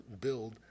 build